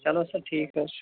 چلو سَر ٹھیٖک حظ چھُ